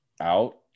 out